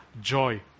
joy